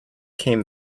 came